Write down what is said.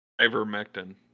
Ivermectin